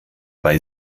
bei